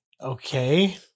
Okay